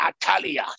atalia